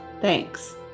Thanks